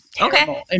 Okay